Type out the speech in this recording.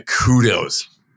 kudos